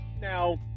now